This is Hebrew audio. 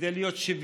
כדי להיות שוויוני.